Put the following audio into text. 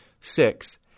Six